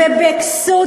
בבקשה, אדוני.